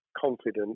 confident